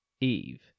Eve